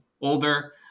older